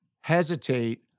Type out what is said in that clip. hesitate